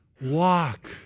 Walk